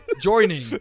joining